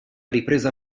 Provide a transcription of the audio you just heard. ripresa